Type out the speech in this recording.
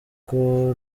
rwo